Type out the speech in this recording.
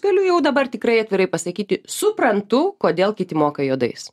galiu jau dabar tikrai atvirai pasakyti suprantu kodėl kiti moka juodais